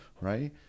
right